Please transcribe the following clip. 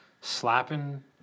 slapping